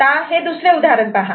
आता हे दुसरे उदाहरण पहा